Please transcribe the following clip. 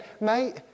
mate